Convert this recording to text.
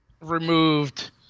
removed